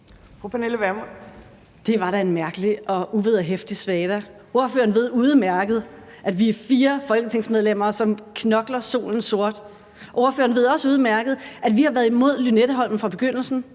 Det var da en mærkelig og uvederhæftig svada. Ordføreren ved udmærket, at vi er fire folketingsmedlemmer, som knokler solen sort. Ordføreren ved også udmærket, at vi har været imod Lynetteholmen fra begyndelsen.